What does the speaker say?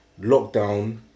lockdown